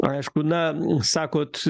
aišku na sakot